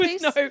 No